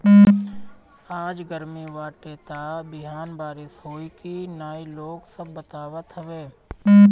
आज गरमी बाटे त बिहान बारिश होई की ना इ लोग सब बतावत हवे